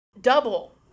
double